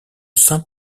sainte